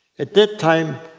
at that time,